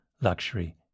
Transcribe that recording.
Luxury